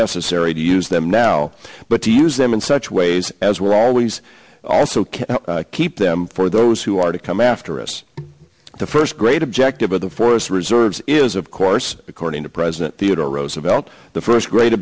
necessary to use them now but to use them in such ways as were always also keep them for those who are to come after us the first great objective of the forest reserves is of course according to president theodore roosevelt the first gr